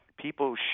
people